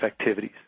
activities